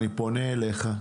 אני פונה אליך,